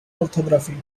orthography